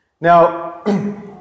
Now